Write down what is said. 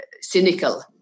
cynical